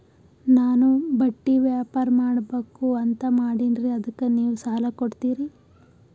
ನಾನು ಬಟ್ಟಿ ವ್ಯಾಪಾರ್ ಮಾಡಬಕು ಅಂತ ಮಾಡಿನ್ರಿ ಅದಕ್ಕ ನೀವು ಸಾಲ ಕೊಡ್ತೀರಿ?